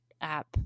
app